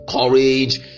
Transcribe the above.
Courage